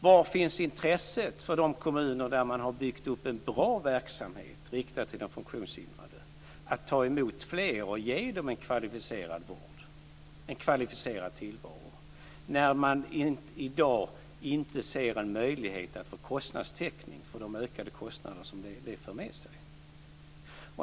Var finns intresset hos de kommuner som har byggt upp en bra verksamhet riktad till de funktionshindrade att ta emot fler och ge dem en kvalificerad vård och tillvaro, när de i dag inte ser någon möjlighet att få kostnadstäckning för de ökade kostnader som detta för med sig?